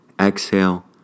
Exhale